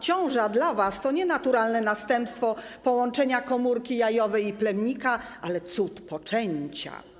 Ciąża dla was to nie naturalne następstwo połączenia komórki jajowej i plemnika, ale cud poczęcia.